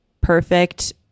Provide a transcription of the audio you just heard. perfect